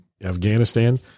Afghanistan